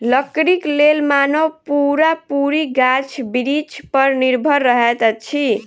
लकड़ीक लेल मानव पूरा पूरी गाछ बिरिछ पर निर्भर रहैत अछि